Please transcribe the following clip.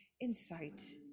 insight